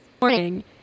morning